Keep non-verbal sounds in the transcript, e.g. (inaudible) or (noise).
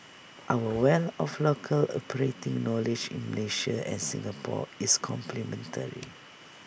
our wealth of local operating knowledge in Malaysia and Singapore is complementary (noise)